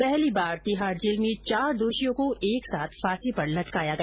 पहली बार तिहाड जेल में चार दोषियों को एक साथ फांसी पर लटकाया गया